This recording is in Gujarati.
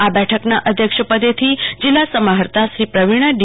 આ બેઠકનાં અધ્યક્ષપદેથી જિલ્લા સમાહર્તાશ્રી પ્રવિણા ડી